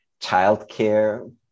childcare